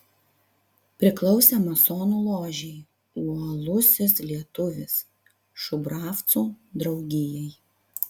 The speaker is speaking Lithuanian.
priklausė masonų ložei uolusis lietuvis šubravcų draugijai